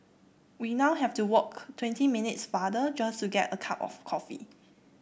we now have to walk twenty minutes farther just to get a cup of coffee